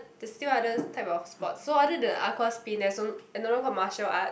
there's still others type of sports so other than aqua spin there's also another kind of martial arts